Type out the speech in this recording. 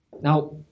Now